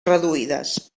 reduïdes